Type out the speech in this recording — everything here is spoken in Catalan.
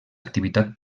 activitat